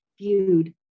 viewed